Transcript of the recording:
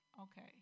Okay